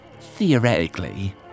Theoretically